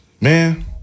Man